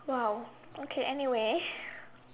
!wow! okay anyway